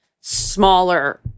smaller